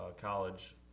college